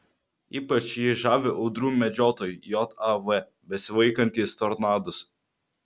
ypač jį žavi audrų medžiotojai jav besivaikantys tornadus